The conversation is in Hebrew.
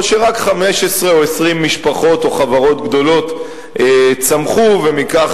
או שרק 15 או 20 משפחות או חברות גדולות צמחו ומכך